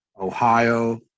Ohio